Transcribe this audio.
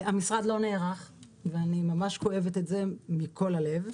המשרד לא נערך, ואני ממש כואבת את זה מכל הלב.